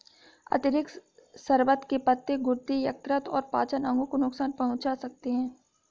अतिरिक्त शर्बत के पत्ते गुर्दे, यकृत और पाचन अंगों को नुकसान पहुंचा सकते हैं